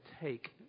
Take